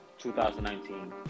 2019